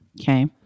Okay